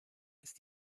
ist